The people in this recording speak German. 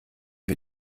wir